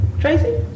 Tracy